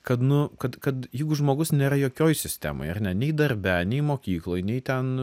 kad nu kad kad jeigu žmogus nėra jokioj sistemoj ar ne nei darbe nei mokykloj nei ten